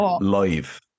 live